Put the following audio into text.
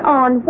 on